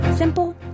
Simple